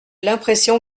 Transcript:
l’impression